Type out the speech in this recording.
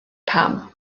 pam